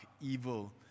evil